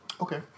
Okay